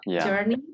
journey